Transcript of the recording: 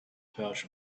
pouch